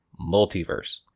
multiverse